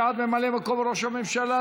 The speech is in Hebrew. קביעת ממלא מקום ראש הממשלה),